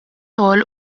xogħol